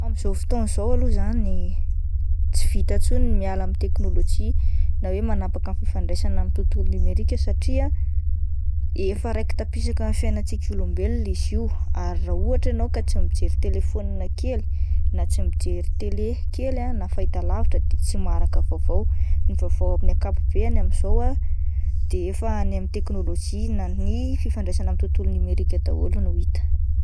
Amin'izao fotoana izao aloha izany tsy vita intsony ny miala amin'ny teknôlojia na hoe manapaka ny fifandraisana amin'ny tontolo nomerika satria efa raiki-tapisaka amin'ny fiainantsika olombelona izy io ary raha ohatra ianao tsy mijery telefôna kely na tsy mijery tele kely na fahitalavitra dia tsy maharaka vaovao, ny vaovao amin'ny akapobeany amin'izao ah de efa any amin'ny teknôlojia na ny fifandraisana amin'ny tontolo nomerika daholo no hita.